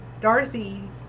Dorothy